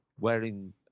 wearing